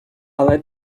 але